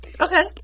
Okay